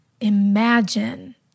imagine